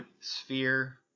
Sphere